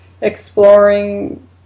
exploring